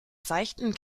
seichten